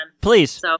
Please